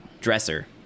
dresser